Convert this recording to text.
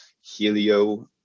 Helio